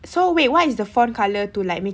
so wait what is the font colour to like mak~